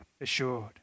assured